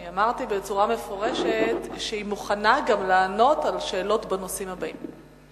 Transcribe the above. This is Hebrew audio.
אני אמרתי בצורה מפורשת שהיא מוכנה גם לענות על שאלות בנושאים הבאים.